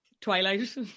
Twilight